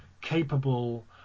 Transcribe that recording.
capable